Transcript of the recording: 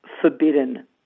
forbidden